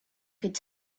could